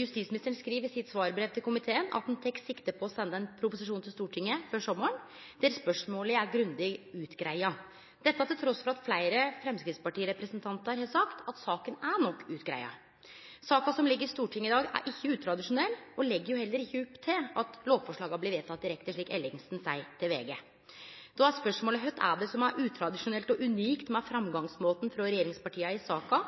Justisministeren skriv i sitt svarbrev til komiteen at ein tek sikte på å sende ein proposisjon til Stortinget før sommaren der spørsmålet er grundig greidd ut, dette trass i at fleire framstegspartirepresentantar har sagt at saka er nok greidd ut. Saka som ligg i Stortinget i dag, er ikkje utradisjonell, og ho legg heller ikkje opp til at lovforslaga blir vedtekne direkte, slik Ellingsen seier til VG. Då er spørsmålet: Kva er det som er utradisjonelt og unikt med framgangsmåten frå regjeringspartia i saka,